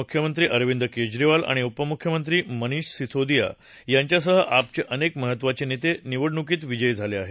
मुख्यमंत्री अरविंद केजरीवाल आणि उपमुख्यमंत्री मनिष सिसोदिया यांच्यासह आपचे अनेक महत्वाचे नेते निवडणुकीत विजयी झाले आहेत